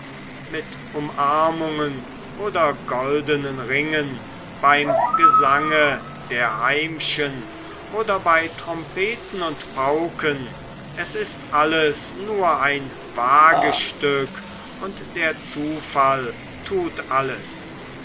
mit umarmungen oder goldenen ringen beim gesange der heimchen oder bei trompeten und pauken es ist alles nur ein wagestück und der zufall tut alles